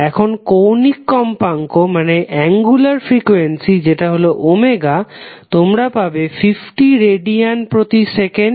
এখন কৌণিক কম্পাঙ্ক যেটা হলো তোমরা পাবে 50 রেডিয়ান প্রতি সেকেন্ড